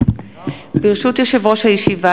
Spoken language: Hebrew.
ברשות יושב-ראש הישיבה,